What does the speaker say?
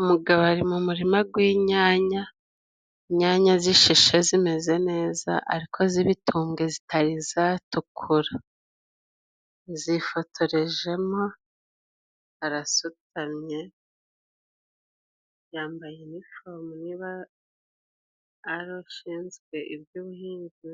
Umugabo ari mu murima gw'inyanya, inyanya z'ishishe zimeze neza ariko z'ibitunge zitari izatukura, zifotorejemo arasutamye yambaye n'iforome niba ashinzwe iby'ubuhinzi,